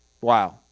Wow